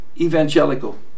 evangelical